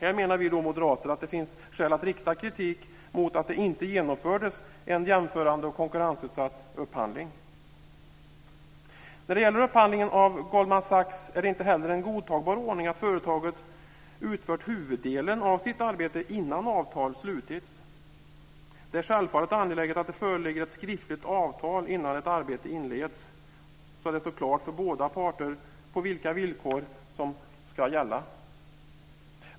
Vi moderater menar att det här finns skäl att rikta kritik mot att det inte genomfördes en jämförande och konkurrensutsatt upphandling. När det gäller upphandlingen av Goldman Sachs är det inte heller en godtagbar ordning att företaget utfört huvuddelen av sitt arbete innan avtal slutits. Det är självfallet angeläget att det föreligger ett skriftligt avtal innan arbetet inleds, så att det står klart för båda parter vilka villkor som ska gälla.